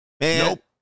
Nope